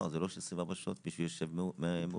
זה אומר שהרבה לא מגיעים.